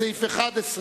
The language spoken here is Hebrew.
סעיף 5,